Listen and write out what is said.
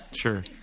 Sure